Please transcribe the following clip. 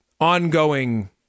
ongoing